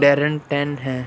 Darren Tang हैं